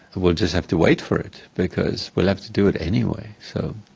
we'll just have to wait for it because we'll have to do it anyway, so,